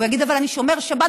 והוא יגיד: אבל אני שומר שבת,